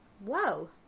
Whoa